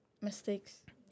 mistakes